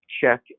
check